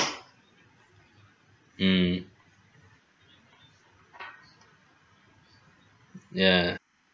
mm ya